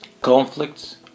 conflicts